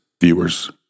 viewers